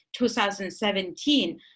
2017